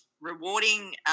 rewarding